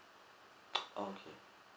oh